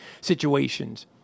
situations